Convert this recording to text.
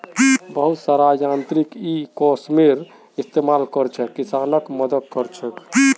बहुत सारा यांत्रिक इ कॉमर्सेर इस्तमाल करे किसानक मदद क र छेक